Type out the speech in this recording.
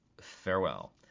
Farewell